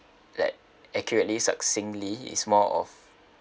like accurately succinctly it's more of